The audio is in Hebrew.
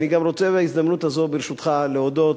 ואני גם רוצה בהזדמנות הזאת, ברשותך, להודות